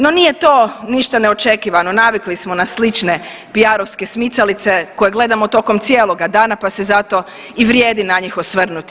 No, nije to ništa neočekivano navikli smo na slične PR-ovske smicalice koje gledamo tokom cijeloga dana pa se zato i vrijedi na njih osvrnuti.